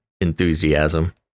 enthusiasm